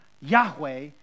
Yahweh